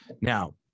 now